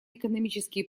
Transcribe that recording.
экономические